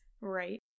right